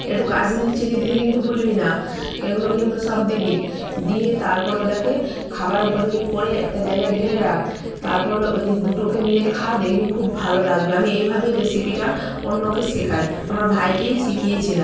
একটু কাশ্মীরি চিলি দিতে কিন্তু ভুলবি না এগুলো কিন্তু সব দিবি দিয়ে তারপর ওটাকে খাবার উপযোগী করে একটা জায়গায় ঢেলে রাখ তারপর ওই দুটোকে মিলে খা দেখবি খুব ভালো লাগবে আমি এইভাবেই রেসিপিটা অন্যকে শেকাই আমার ভাইকেই শিকিয়েছিলাম